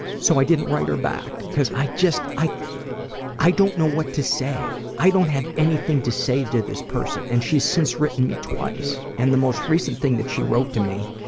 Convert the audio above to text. so i didn't write her back cause, i just, just, i don't know what to say. i don't have anything to say to this person. and she's since written me twice and the most recent thing that she wrote to me,